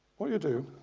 what you do,